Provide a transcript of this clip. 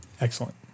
Excellent